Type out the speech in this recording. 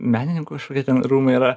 menininkų kažkokie ten rūmai yra